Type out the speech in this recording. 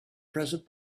present